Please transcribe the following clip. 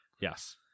Yes